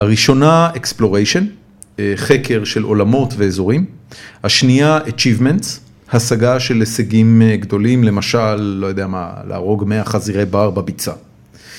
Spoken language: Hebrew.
הראשונה, exploration, חקר של עולמות ואזורים. השנייה, achievements, השגה של הישגים גדולים, למשל, לא יודע מה, להרוג 100 חזירי בר בביצה.